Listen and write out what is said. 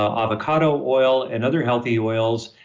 ah avocado oil, and other healthy oils,